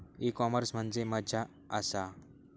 E commerce म्हणजे मझ्या आसा?